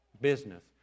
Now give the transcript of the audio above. business